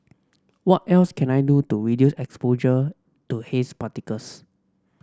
what else can I do to reduce exposure to haze particles